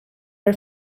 are